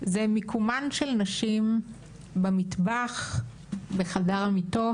זה מיקומן של נשים במטבח, בחדר המיטות,